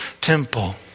temple